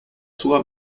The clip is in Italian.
sua